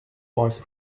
voice